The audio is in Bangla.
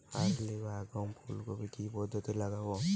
আর্লি বা আগাম ফুল কপি কি পদ্ধতিতে লাগাবো?